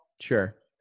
sure